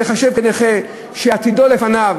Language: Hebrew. להיחשב כנכה שעתידו לפניו,